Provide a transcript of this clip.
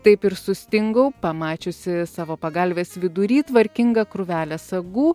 taip ir sustingau pamačiusi savo pagalvės vidury tvarkingą krūvelę sagų